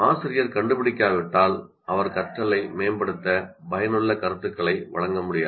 ஆசிரியர் கண்டுபிடிக்காவிட்டால் அவர் கற்றலை மேம்படுத்த பயனுள்ள கருத்துக்களை வழங்க முடியாது